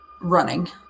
running